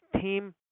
team